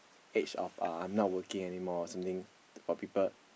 age of uh I'm not working anymore or something or people